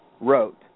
Wrote